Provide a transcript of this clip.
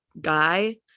guy